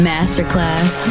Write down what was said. Masterclass